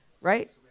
right